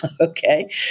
okay